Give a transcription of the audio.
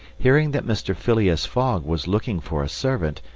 hearing that mr. phileas fogg was looking for a servant,